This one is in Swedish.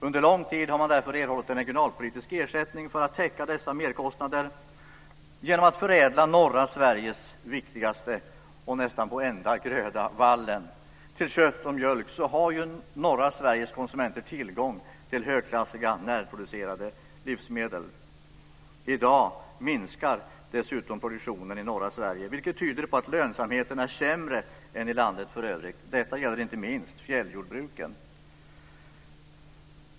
Under lång tid har man därför erhållit en regionalpolitisk ersättning för att täcka dessa merkostnader. Genom att man förädlar norra Sveriges viktigaste och nästan enda gröda, vallen, till kött och mjölk har norra Sveriges konsumenter tillgång till högklassiga närproducerade livsmedel. I dag minskar produktionen i norra Sverige, vilket tyder på att lönsamheten är sämre än i landet för övrigt. Detta gäller inte minst fjälljordbruken.